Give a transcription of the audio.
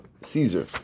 Caesar